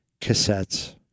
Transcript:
cassettes